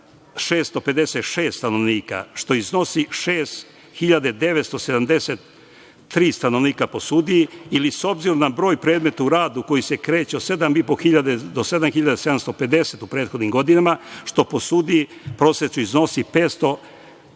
90.656 stanovnika, što iznosi 6.973 stanovnika po sudiji ili s obzirom na broj predmeta u radu koji se kreće od 7.500 do 7.750 u prethodnim godinama, što po sudiji prosečno iznosi 564